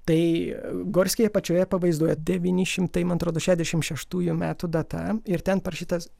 tai gorskiai apačioje pavaizduoja devyni šimtai man atrodo šešiasdešimt šeštųjų metų data ir ten parašytas